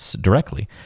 directly